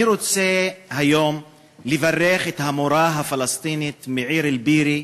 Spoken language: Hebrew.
אני רוצה היום לברך את המורה הפלסטינית מהעיר אל-בירה,